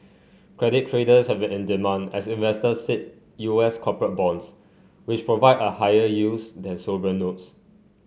credit traders have in demand as investors seek U S corporate bonds which provide higher yields than sovereign notes